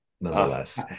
nonetheless